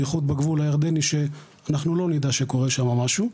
בייחוד בגבול הירדני שאנחנו לא נדע שקורה שם משהו.